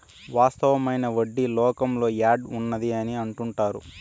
వాస్తవమైన వడ్డీ లోకంలో యాడ్ ఉన్నది అని అంటుంటారు